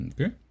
Okay